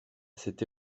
cet